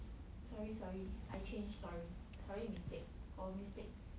sorry sorry I change sorry sorry mistake 我 mistake